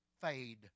fade